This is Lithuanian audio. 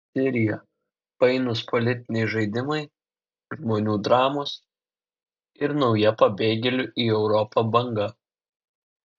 sirija painūs politiniai žaidimai žmonių dramos ir nauja pabėgėlių į europą banga